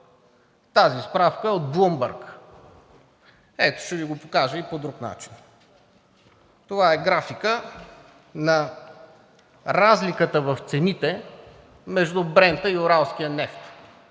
Тази справка е от „Bloomberg“. Ето ще Ви го покажа и по друг начин. Това е графика (показва) на разликата в цените между Брента и уралския нефт.